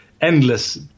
endless